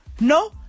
no